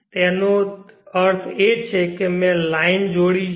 તેથી તેનો અર્થ એ છે કે મેં આ લાઇન જોડી છે